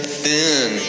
thin